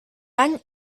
any